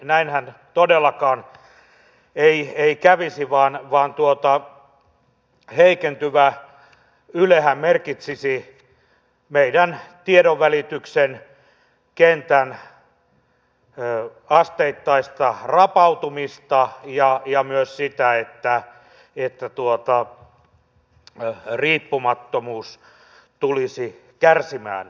näinhän todellakaan ei kävisi vaan heikentyvä ylehän merkitsisi meidän tiedonvälityksen kentän asteittaista rapautumista ja myös sitä että riippumattomuus tulisi kärsimään